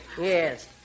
Yes